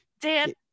Dan